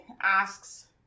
asks